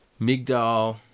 Migdal